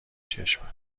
چشمم